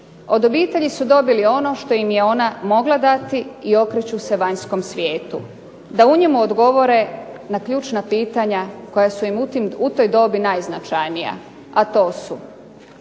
Od obitelji su dobili ono što im je ona mogla dati i okreću se vanjskom svijetu, da u njemu odgovore na ključna pitanja koja su im u toj dobi najznačajnija. A to su: